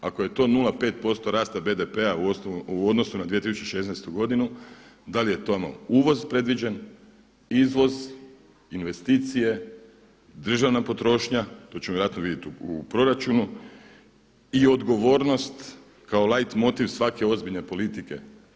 Ako je to 0,5 posto rasta BDP-a u odnosu na 2016. godinu, da li je to uvoz predviđen, izvoz, investicije, državna potrošnja, to ćemo vjerojatno vidjeti u proračunu i odgovornost kao light motiv svake ozbiljne politike.